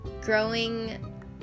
growing